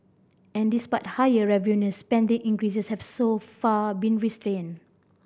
and despite higher revenues spending increases have so far been restrained